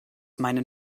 meinen